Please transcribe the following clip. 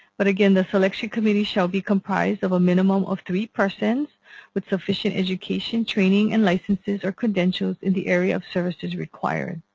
but again the selection committee shall be comprised of a minimum of three persons with sufficient education, training, and licenses or credentials in the area of the services required.